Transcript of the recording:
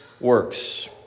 works